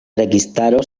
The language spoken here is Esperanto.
registaro